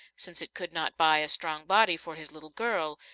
since it could not buy a strong body for his little girl,